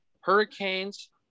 Hurricanes